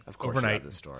overnight